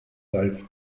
life